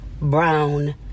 Brown